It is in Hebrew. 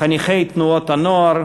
חניכי תנועות הנוער,